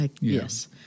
yes